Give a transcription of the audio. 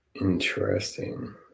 Interesting